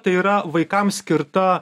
tai yra vaikams skirta